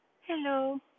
Hello